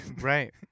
Right